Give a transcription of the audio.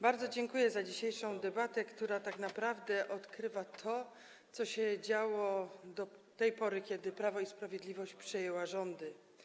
Bardzo dziękuję za dzisiejszą debatę, która tak naprawdę odkrywa to, co się działo do tej pory, kiedy Prawo i Sprawiedliwość przejęło rządy.